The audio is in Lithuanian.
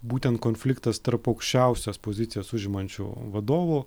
būtent konfliktas tarp aukščiausias pozicijas užimančių vadovų